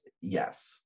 yes